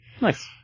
Nice